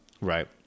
right